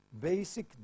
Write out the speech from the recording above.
Basic